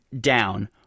down